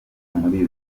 muri